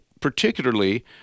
particularly